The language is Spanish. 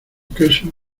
queso